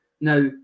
Now